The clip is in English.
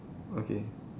okay